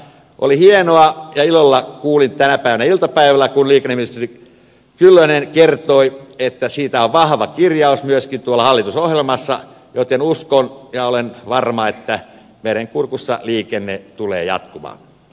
oli hienoa ja ilolla kuulin tänä päivänä iltapäivällä kun liikenneministeri kyllönen kertoi että siitä on vahva kirjaus myöskin tuolla hallitusohjelmassa joten uskon ja olen varma että merenkurkussa liikenne tulee jatkumaan